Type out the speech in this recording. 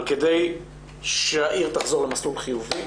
אבל כדי שהעיר תחזור למסלול חיובי